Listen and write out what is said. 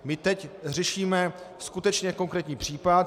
My teď řešíme skutečně konkrétní případ.